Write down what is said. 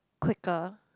quicker